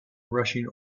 rushing